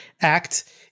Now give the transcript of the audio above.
act